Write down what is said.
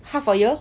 half a year